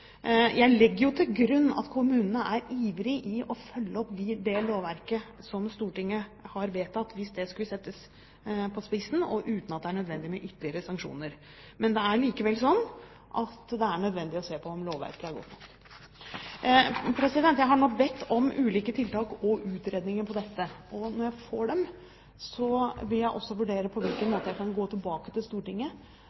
Jeg legger til grunn at kommunene er ivrige etter å følge opp det lovverket som Stortinget har vedtatt, hvis dette skulle settes på spissen, uten at det er nødvendig med ytterligere sanksjoner. Det er likevel slik at det er nødvendig å se på om lovverket er godt nok. Jeg har nå bedt om ulike tiltak og utredninger på dette området, og når jeg får dem, vil jeg også vurdere på hvilken